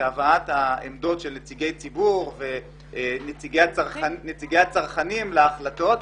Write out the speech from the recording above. הבאת העמדת של נציגי ציבור ונציגי הצרכנים להחלטות.